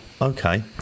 okay